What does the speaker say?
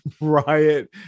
riot